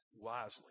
wisely